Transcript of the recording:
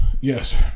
Yes